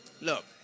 Look